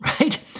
right